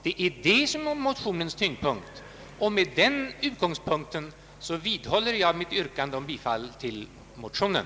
Det är detta som är motionens tyngdpunkt, och med den utgångspunkten vidhåller jag mitt yrkande om bifall till motionen.